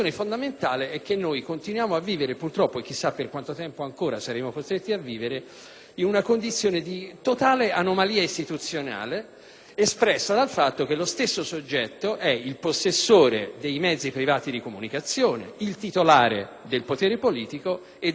in una condizione di totale anomalia istituzionale, rappresentata dal fatto che lo stesso soggetto è il possessore dei mezzi privati di comunicazione, il titolare del potere politico e da lì, quando può, anche il controllore dei mezzi d'informazione pubblici.